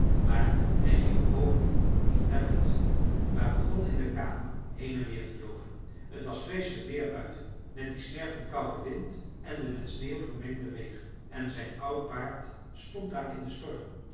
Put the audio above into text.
maar hij ging ook nu niet naar bed maar begon in de kamer heen en weer te loopen t was vreeslijk weer buiten met dien snerpend kouden wind en den met sneeuw vermengden regen en zijn oud paard stond daar in den storm